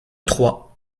trois